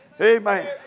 Amen